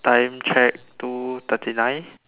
time check two thirty nine